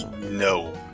No